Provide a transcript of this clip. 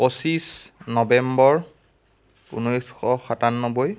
পঁচিশ নৱেম্বৰ ঊনৈছশ সাতান্নব্বৈ